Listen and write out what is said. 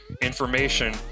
information